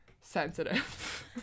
sensitive